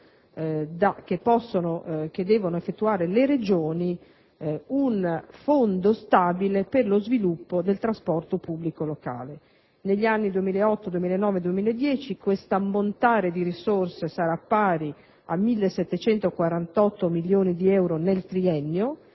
che devono effettuare le Regioni, un fondo stabile per lo sviluppo del trasporto pubblico locale. Questo ammontare di risorse sarà pari a 1.748 milioni di euro nel triennio